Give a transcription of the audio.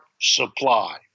supply